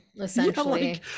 essentially